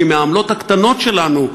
כי מהעמלות הקטנות שלנו,